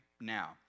now